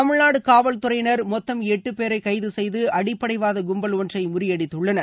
தமிழ்நாடு காவல்துறையினர் மொத்தம் எட்டு பேரை கைது செய்து அடிப்படைவாத கும்பல் ஒன்றை முறியடித்துள்ளனர்